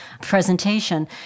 presentation